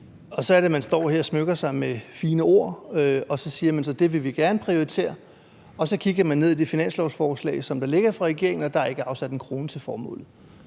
og så er det, man står her og smykker sig med fine ord og siger, at det vil man gerne prioritere. Men så kigger vi ned i det finanslovsforslag, der ligger fra regeringens side, og der er ikke afsat en krone til formålet.